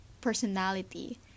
personality